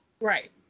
right